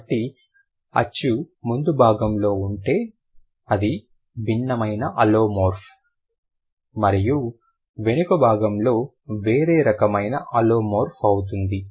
కాబట్టి అచ్చు ముందు భాగంలో ఉంటే అది భిన్నమైన అలోమోర్ఫ్ మరియు వెనుక భాగంలో వేరే రకమైన అలోమోర్ఫ్ అవుతుంది